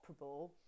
operable